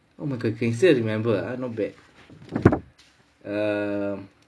oh my god you can still remember ah not bad err